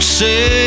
say